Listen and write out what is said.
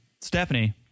Stephanie